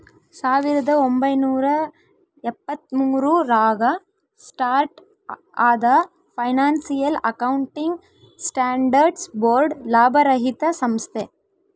ಸಾವಿರದ ಒಂಬೈನೂರ ಎಪ್ಪತ್ತ್ಮೂರು ರಾಗ ಸ್ಟಾರ್ಟ್ ಆದ ಫೈನಾನ್ಸಿಯಲ್ ಅಕೌಂಟಿಂಗ್ ಸ್ಟ್ಯಾಂಡರ್ಡ್ಸ್ ಬೋರ್ಡ್ ಲಾಭರಹಿತ ಸಂಸ್ಥೆ